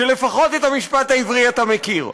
שלפחות את המשפט העברי אתה מכיר,